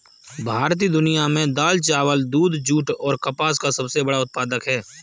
भारत दुनिया में दाल, चावल, दूध, जूट और कपास का सबसे बड़ा उत्पादक है